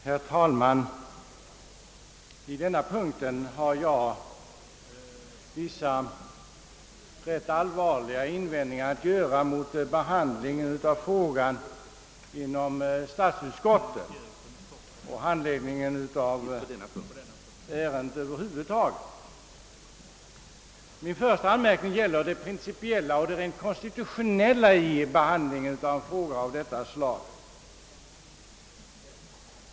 Herr talman! Vid denna punkt har jag vissa rätt allvarliga invändningar mot behandlingen av frågan inom stats utskottet och mot handläggningen av ärendet över huvud taget. Min första principiella anmärkning gäller den rent konstitutionella behandlingen av en fråga av detta slag.